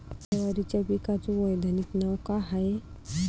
जवारीच्या पिकाचं वैधानिक नाव का हाये?